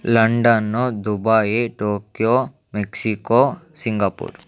London Dubai Tokyo Mexico Singapore